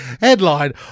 Headline